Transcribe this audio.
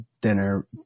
dinner